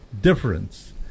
difference